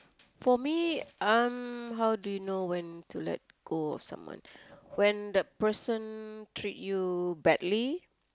for me um how do you know when to let go of someone when that person treat you badly